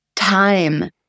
Time